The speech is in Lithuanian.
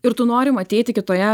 ir tu nori matyti kitoje